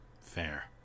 fair